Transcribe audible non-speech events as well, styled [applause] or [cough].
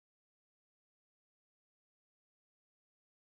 [unintelligible]